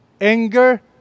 anger